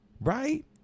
right